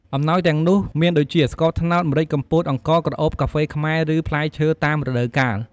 អំណាយទាំងនោះមានដូចជា ស្ករត្នោត ម្រេចកំពត អង្ករក្រអូប កាហ្វេខ្មែរ ឬ ផ្លែឈើតាមរដូវកាល។